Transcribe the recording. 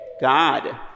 God